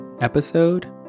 Episode